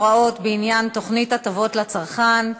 סיום או שינוי תוכנית הטבות לצרכן),